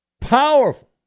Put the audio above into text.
powerful